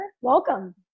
Welcome